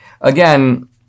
again